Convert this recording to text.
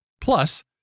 Plus